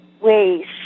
ways